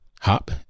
hop